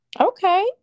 Okay